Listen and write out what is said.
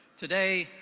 today,